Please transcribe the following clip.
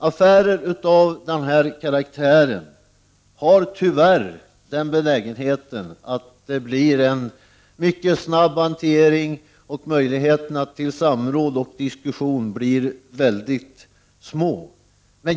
Affärer av den här karaktären har tyvärr den benägenheten att hanteringen sker mycket snabbt och möjligheterna till samråd och diskussion är mycket små.